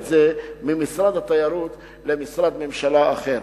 זה ממשרד התיירות למשרד ממשלתי אחר.